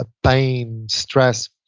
ah pain, stress.